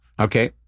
Okay